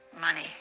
Money